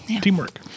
Teamwork